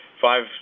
five